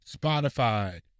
Spotify